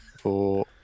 four